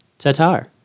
Tatar